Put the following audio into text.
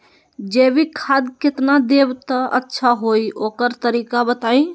जैविक खाद केतना देब त अच्छा होइ ओकर तरीका बताई?